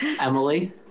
Emily